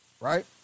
right